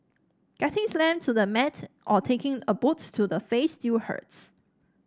getting slammed to the mat or taking a boot to the face still hurts